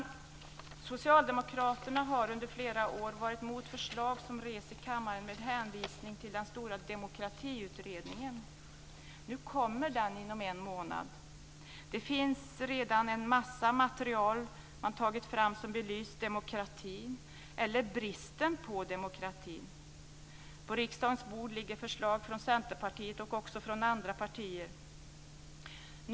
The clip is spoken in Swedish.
Socialdemokraterna har under flera år varit emot förslag som ställts i kammaren med hänvisning till den stora demokratiutredningen. Nu kommer dess betänkande inom en månad. Det finns redan en massa material som man har tagit fram och som belyst demokratin eller bristen på demokrati. På riksdagens bord ligger förslag från Centerpartiet och också från andra partier.